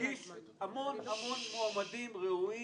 הגיש המון מועמדים ראויים,